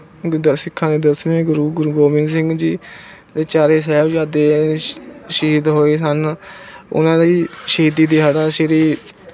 ਗ ਦ ਸਿੱਖਾਂ ਨੇ ਦਸਵੇਂ ਗੁਰੂ ਗੁਰੂ ਗੋਬਿੰਦ ਸਿੰਘ ਜੀ ਦੇ ਚਾਰੇ ਸਾਹਿਬਜ਼ਾਦੇ ਸ਼ ਸ਼ਹੀਦ ਹੋਏ ਸਨ ਉਹਨਾਂ ਦੀ ਸ਼ਹੀਦੀ ਦਿਹਾੜਾ ਸ਼੍ਰੀ